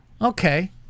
okay